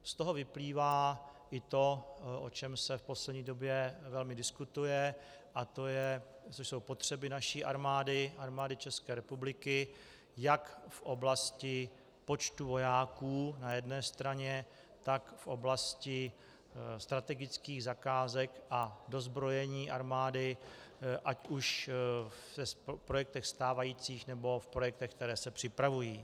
Z toho vyplývá i to, o čem se v poslední době velmi diskutuje, a to jsou potřeby naší armády, Armády České republiky, jak v oblasti počtu vojáků na jedné straně, tak v oblasti strategických zakázek a dozbrojení armády, ať už v projektech stávajících, nebo v projektech, které se připravují.